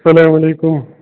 سلام علیکُم